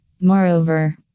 Moreover